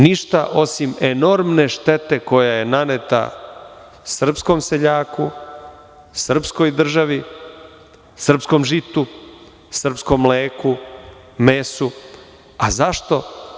Ništa osim enormne štete koja je naneta srpskom seljaku, srpskoj državi, srpskom žitu, srpskom mleku, mesu, a zašto?